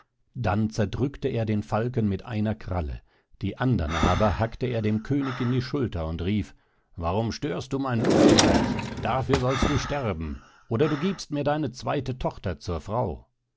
dann zerdrückte er den falken mit einer kralle die andern aber hackte er dem könig in die schulter und rief warum störst du mein luftreich dafür sollst du sterben oder du giebst mir deine zweite tochter zur frau